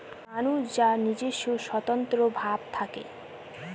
মানুষ যার নিজস্ব স্বতন্ত্র ভাব থাকে